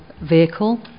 vehicle